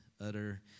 utter